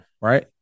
Right